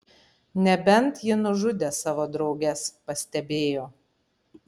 nebent ji nužudė savo drauges pastebėjo